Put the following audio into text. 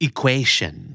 Equation